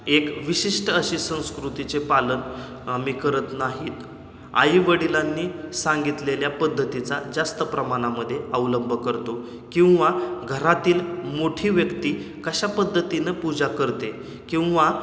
एक विशिष्ट अशी संस्कृतीचे पालन आम्ही करत नाहीत आई वडिलांनी सांगितलेल्या पद्धतीचा जास्त प्रमाणामध्ये अवलंब करतो किंवा घरातील मोठी व्यक्ती कशा पद्धतीने पूजा करते किंवा